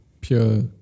pure